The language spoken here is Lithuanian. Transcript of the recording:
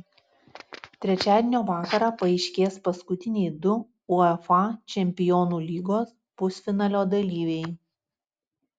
trečiadienio vakarą paaiškės paskutiniai du uefa čempionų lygos pusfinalio dalyviai